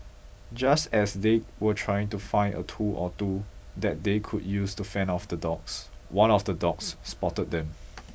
just as they were trying to find a tool or two that they could use to fend off the dogs one of the dogs spotted them